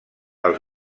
els